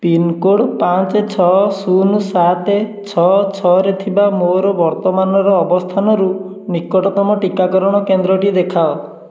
pincode ପାଞ୍ଚ ଛଅ ଶୂନ ସାତ ଛଅ ଛଅରେ ଥିବା ମୋର ବର୍ତ୍ତମାନର ଅବସ୍ଥାନରୁ ନିକଟତମ ଟୀକାକରଣ କେନ୍ଦ୍ରଟି ଦେଖାଅ